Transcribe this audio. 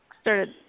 started